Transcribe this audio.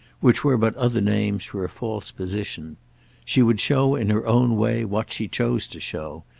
which were but other names for a false position she would show in her own way what she chose to show,